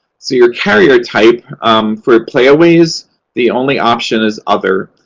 so, your carrier type for playaways the only option is other,